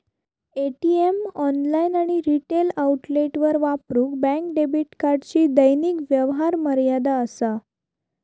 ATM, online आणि retail आउटलेटवर वापरूक बँक डेबिट कार्डची दैनिक व्यवहार मर्यादा असा